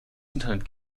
internet